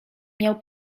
miał